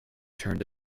turned